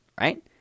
Right